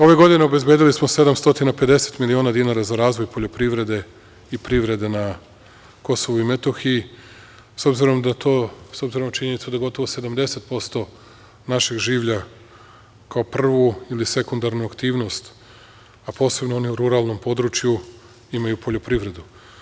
Ove godine, obezbedili smo 750 miliona dinara za razvoj poljoprivrede i privrede na Kosovu i Metohiji, s obzirom na činjenicu da gotovo 70% našeg življa kao prvu ili sekundarnu aktivnost, a posebno one u ruralnom području imaju poljoprivredu.